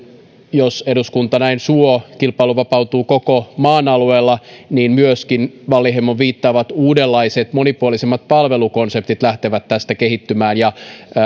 jos eduskunta näin suo kilpailu vapautuu koko maan alueella niin myöskin wallinheimon viittaamat uudenlaiset monipuolisemmat palvelukonseptit lähtevät tästä kehittymään